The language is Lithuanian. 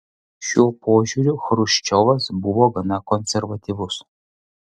šiuo požiūriu chruščiovas buvo gana konservatyvus